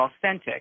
authentic